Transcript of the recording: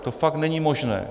To fakt není možné.